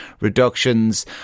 reductions